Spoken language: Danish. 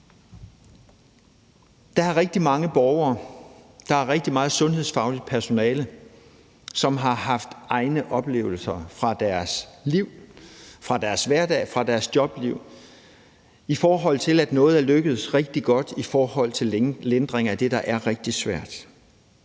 Der er rigtig mange borgere, og der er rigtig meget sundhedsfagligt personale, som har haft egne oplevelser fra deres liv, fra deres hverdag og fra deres jobliv, i forhold til at noget er lykkedes rigtig godt i forbindelse med lindring af det, der er rigtig svært.